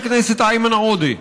חבר הכנסת איימן עודה,